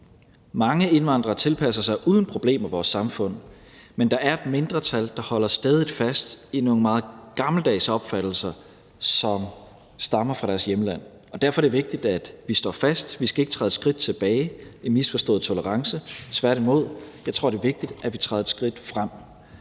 Mange indvandrere tilpasser sig uden problemer vores samfund, men der er et mindretal, der holder stædigt fast i nogle meget gammeldags opfattelser, som stammer fra deres hjemland. Derfor er det vigtigt, at vi står fast. Vi skal ikke træde et skridt tilbage i misforstået tolerance, tværtimod: Jeg tror, at det er vigtigt, at vi træder et skridt frem.